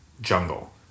jungle